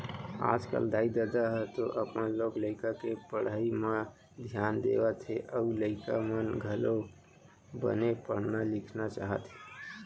आजकल दाई ददा ह तो अपन लोग लइका के पढ़ई म धियान देवत हे अउ लइका मन घलोक बने पढ़ना लिखना चाहत हे